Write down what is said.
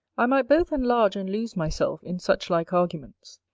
i might both enlarge and lose myself in such like arguments.